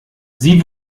sie